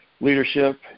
leadership